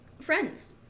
friends